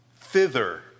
thither